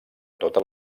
totes